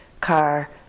car